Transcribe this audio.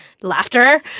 laughter